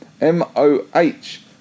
M-O-H